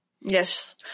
yes